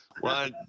One